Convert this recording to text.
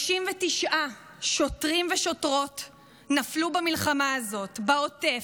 59 שוטרים ושוטרות נפלו במלחמה הזאת בעוטף,